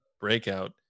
breakout